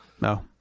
No